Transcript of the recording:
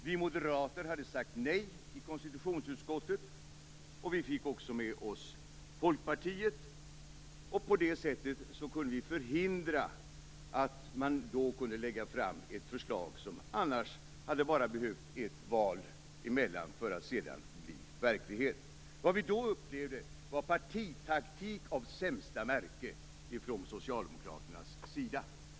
Vi moderater hade sagt nej i konstitutionsutskottet, vi fick också med oss Folkpartiet och kunde på det sättet förhindra att ett förslag lades fram som det annars bara hade behövts ett val emellan för att bli verklighet av. Vad vi då upplevde var partitaktik av sämsta märke från Socialdemokraternas sida.